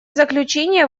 заключение